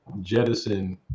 jettison